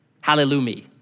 Hallelujah